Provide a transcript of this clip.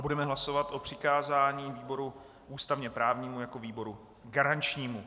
Budeme hlasovat o přikázání výboru ústavněprávnímu jako výboru garančnímu.